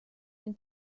den